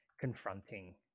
confronting